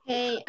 Hey